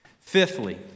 Fifthly